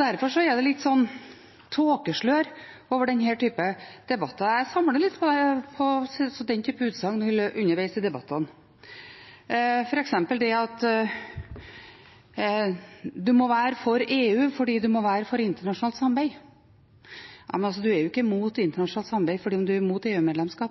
Derfor er det litt tåkeslør over denne typen debatter. Jeg samler litt på den typen utsagn underveis i debattene. Ta f.eks. det med at en må være for EU fordi en er for internasjonalt samarbeid: Nei, en er ikke imot internasjonalt samarbeid fordi om en er imot